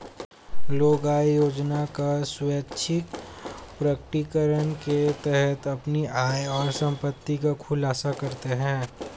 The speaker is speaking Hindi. लोग आय योजना का स्वैच्छिक प्रकटीकरण के तहत अपनी आय और संपत्ति का खुलासा करते है